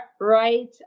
right